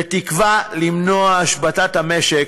בתקווה למנוע את השבתת המשק,